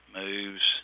moves